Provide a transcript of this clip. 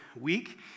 week